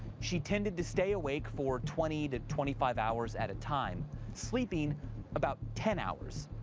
she tended to stay awake for twenty to twenty five hours at a time sleeping about ten hours.